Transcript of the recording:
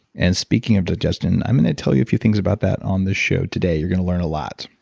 and speaking of digestion, i'm gonna tell you a few things about that on this show today. you're gonna learn a lot.